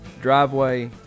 driveway